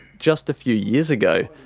just a few years ago,